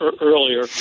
earlier